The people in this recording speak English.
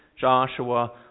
Joshua